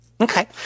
Okay